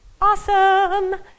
awesome